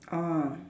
ah